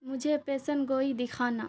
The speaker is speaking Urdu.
مجھے پیشن گوئی دکھانا